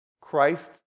Christ